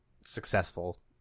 successful